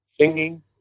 Singing